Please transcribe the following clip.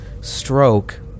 Stroke